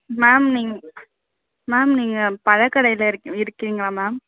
ma'am நீங் ma'am நீங்கள் பழக்கடையில் இருக் இருக்கீங்களா மேம்